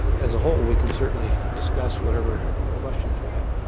as a whole, we can certainly discuss whatever question you have.